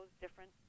different